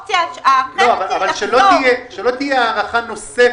אבל שלא תהיה הארכה נוספת.